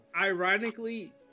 Ironically